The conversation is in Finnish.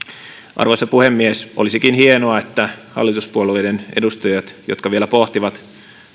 arvoisa puhemies olisikin hienoa että hallituspuolueiden edustajat jotka vielä pohtivat